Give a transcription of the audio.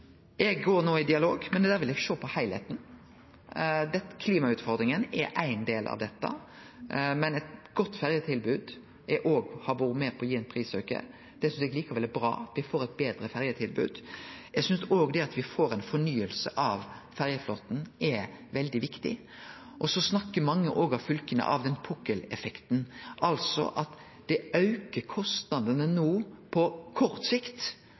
Eg går no i dialog, men da vil eg sjå på heilskapen. Klimautfordringa er éin del av dette, men eit godt ferjetilbod har òg vore med på gi ei auking av prisane. Det synest eg likevel er bra. Me får eit betre ferjetilbod. Eg synest òg at det at me får ei fornying av ferjeflåten, er veldig viktig. Så snakkar mange av fylka òg om «pukkeleffekten», altså at det aukar kostnadene no på kort sikt,